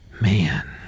Man